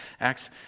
Acts